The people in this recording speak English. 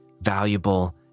valuable